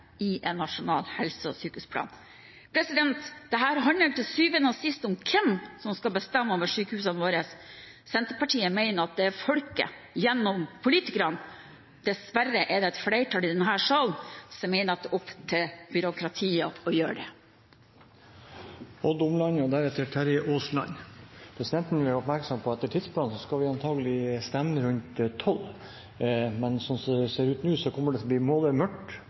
i en nasjonal helse- og sykehusplan. Dette handler til syvende og sist om hvem som skal bestemme over sykehusene våre. Senterpartiet mener at det er folket, gjennom politikerne. Dessverre er det et flertall i denne salen som mener at det er opp til byråkratiet å gjøre det. Presidenten vil gjøre oppmerksom på at etter tidsplanen skal vi antagelig stemme rundt midnatt, men sånn det ser ut nå, kommer det til å bli både mørkt